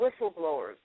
whistleblowers